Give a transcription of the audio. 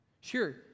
Sure